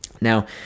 Now